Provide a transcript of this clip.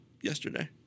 yesterday